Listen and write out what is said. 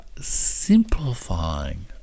simplifying